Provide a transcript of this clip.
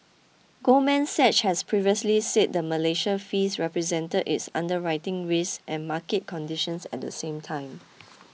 Goldman Sachs has previously said the Malaysia fees represented its underwriting risks and market conditions at the same time